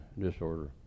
disorder